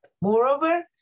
Moreover